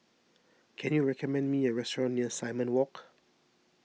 can you recommend me a restaurant near Simon Walk